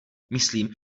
myslím